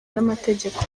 n’amategeko